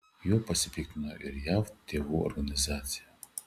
juo pasipiktino ir jav tėvų organizacija